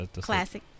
Classic